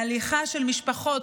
ההליכה של משפחות,